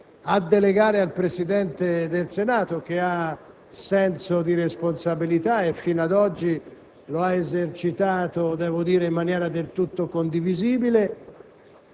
la questione al Presidente del Senato, che ha senso di responsabilità e fino ad oggi lo ha esercitato, devo dire, in maniera del tutto condivisibile